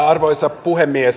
arvoisa puhemies